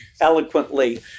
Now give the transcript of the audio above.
eloquently